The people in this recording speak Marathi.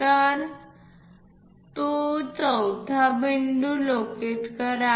तर तो चौथा बिंदू लोकेट करा